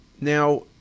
Now